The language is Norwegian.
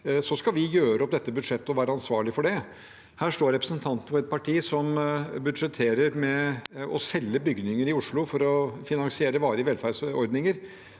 Så skal vi gjøre opp dette budsjettet og være ansvarlig for det. Her står representanten for et parti som budsjetterer med å selge bygninger i Oslo for å finansiere varige velferdsordninger.